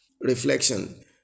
Reflection